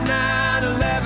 9-11